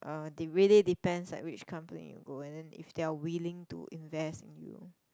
uh it really depends like which company you go and then if they are willing to invest in you